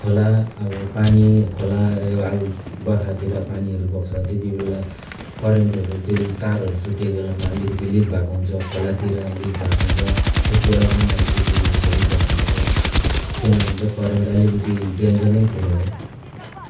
खोला अब पानी खोला बर्खातिर पानीहरू बग्छ त्यति बेला करेन्टहरू त्यो तारहरू चुटेको बेलामा अलिकति लिक भएको हुन्छ खोलातिर लिक भएको हुन्छ त्यसबाट पनि अलिकति होसियारी बस्नुपर्छ किनभने चाहिँ करेन्ट अलिकति डेन्जर नै कुरो हो